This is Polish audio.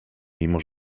mimo